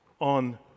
on